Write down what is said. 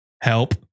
Help